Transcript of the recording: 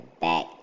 back